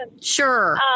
Sure